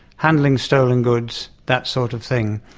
handling stolen goods, that sort of thing.